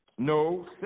No